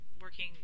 working